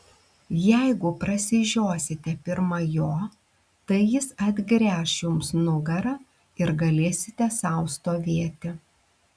jeigu prasižiosite pirma jo tai jis atgręš jums nugarą ir galėsite sau stovėti